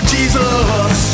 Jesus